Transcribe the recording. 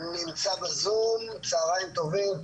צוהריים טובים,